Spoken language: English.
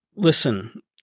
Listen